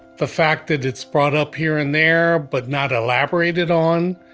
the fact that it's brought up here and there, but not elaborated on,